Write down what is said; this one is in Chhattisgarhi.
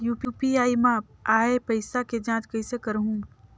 यू.पी.आई मा आय पइसा के जांच कइसे करहूं?